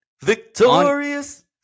Victorious